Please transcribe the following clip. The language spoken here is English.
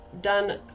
done